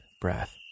breath